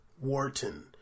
Wharton